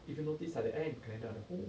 if you notice ah the air in canada the whole